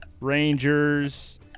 Rangers